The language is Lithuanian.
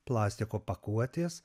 plastiko pakuotės